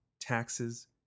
taxes